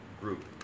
group